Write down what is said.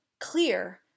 clear